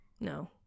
no